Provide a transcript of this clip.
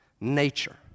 Nature